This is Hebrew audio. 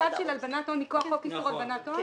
את הצו של הלבנת הון מכוח חוק איסור הלבנת הון?